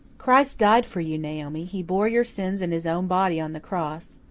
christ died for you, naomi. he bore your sins in his own body on the cross.